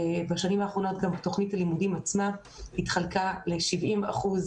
בשנים האחרונות גם תוכנית הלימודים עצמה התחלקה ל-70 אחוזים